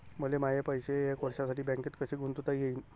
मले माये पैसे एक वर्षासाठी बँकेत कसे गुंतवता येईन?